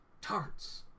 tarts